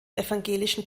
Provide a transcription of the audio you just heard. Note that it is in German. evangelischen